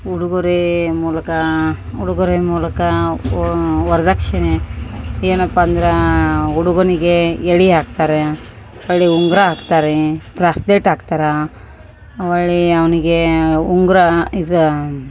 ಉಡುಗೊರೆ ಮೂಲಕ ಉಡುಗೊರೆ ಮೂಲಕ ವರದಕ್ಷಿಣೆ ಏನಪ್ಪ ಅಂದ್ರ ಹುಡುಗನಿಗೇ ಎಳೆ ಹಾಕ್ತಾರೆ ಹೊರ್ಳ್ಳಿ ಉಂಗುರ ಹಾಕ್ತಾರೇ ಬ್ರಾಸ್ಲೆಟ್ ಹಾಕ್ತರಾ ಹೊಳ್ಳಿ ಅವ್ನಿಗೆ ಉಂಗ್ರ ಇದ